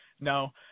no